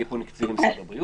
יהיו פה נציגים ממשרד הבריאות,